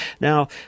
Now